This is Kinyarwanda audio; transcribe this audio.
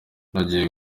nagiye